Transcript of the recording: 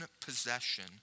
possession